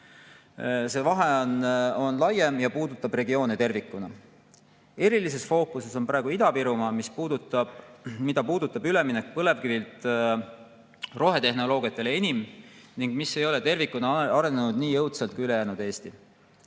See vahe on laiem ja puudutab regioone tervikuna. Erilises fookuses on praegu Ida‑Virumaa, mida puudutab üleminek põlevkivilt rohetehnoloogiale enim ning mis ei ole tervikuna arenenud nii jõudsalt kui ülejäänud Eesti.